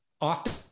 often